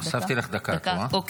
הוספתי לך דקה, את רואה?